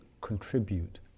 contribute